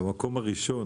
והמקום הראשון,